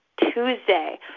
Tuesday